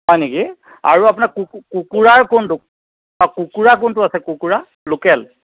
হয় নেকি আৰু আপোনাৰ কুকুৰাৰ কোনটো অঁ কুকুৰা কোনটো আছে কুকুৰা লোকেল